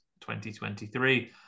2023